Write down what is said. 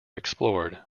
explored